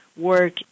work